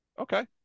Okay